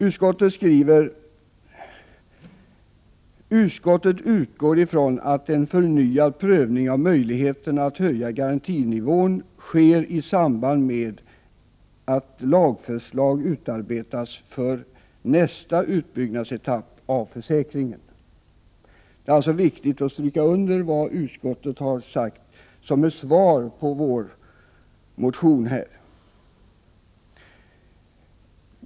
Utskottet skriver att utskottet utgår från ”att en förnyad prövning av möjligheterna att höja garantinivån sker i samband med att lagförslag utarbetas för nästa utbyggnadsetapp av försäkringen”. Det är alltså viktigt att stryka under vad utskottet här har sagt som ett svar på vår motion.